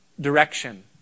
direction